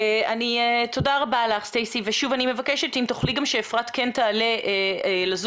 אני מבקשת, אם תוכלי לוודא שאפרת כן תעלה ל-זום.